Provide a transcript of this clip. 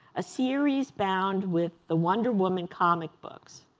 a series bound with the wonder woman comic books.